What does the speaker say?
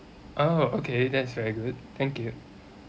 oh okay that's very good thank you